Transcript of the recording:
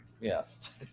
yes